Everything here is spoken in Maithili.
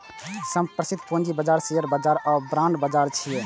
सबसं प्रसिद्ध पूंजी बाजार शेयर बाजार आ बांड बाजार छियै